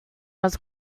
was